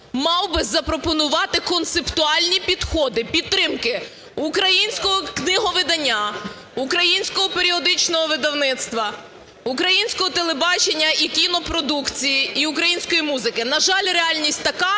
мав би запропонувати концептуальні підходи підтримки українського книговидання, українського періодичного видавництва, українського телебачення і кінопродукції і української музики. На жаль, реальність така,